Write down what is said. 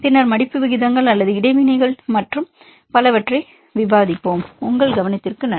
பின்னர் மடிப்பு விகிதங்கள் அல்லது இடைவினைகள் மற்றும் பலவற்றைப் பற்றி விவாதிப்போம் உங்கள் கவனத்திற்கு நன்றி